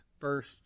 first